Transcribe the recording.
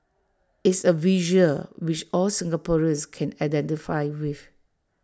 it's A visual which all Singaporeans can identify with